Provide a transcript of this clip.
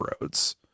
roads